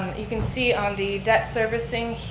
you can see on the debt servicing.